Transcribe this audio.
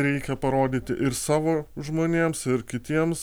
reikia parodyti ir savo žmonėms ir kitiems